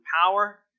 power